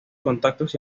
contactos